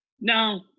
No